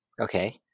Okay